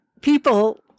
people